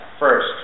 First